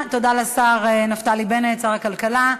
תודה לשר נפתלי בנט, שר הכלכלה.